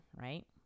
Right